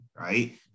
right